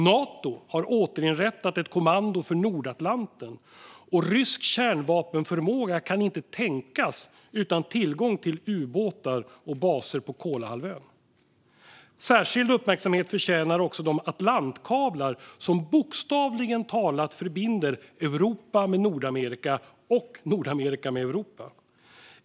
Nato har återinrättat ett kommando för Nordatlanten, och rysk kärnvapenförmåga kan inte tänkas utan tillgång till ubåtar och baser på Kolahalvön. Särskild uppmärksamhet förtjänar också de atlantkablar som bokstavligt talat förbinder Europa med Nordamerika och Nordamerika med Europa.